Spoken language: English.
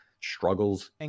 struggles